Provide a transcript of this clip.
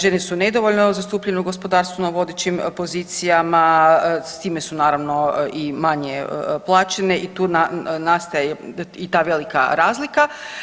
Žene su nedovoljno zastupljene u gospodarstveno vodećim pozicijama, s time su naravno i manje plaćene i tu nastaje i ta velika razlika.